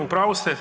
U pravu ste.